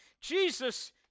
Jesus